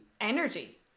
energy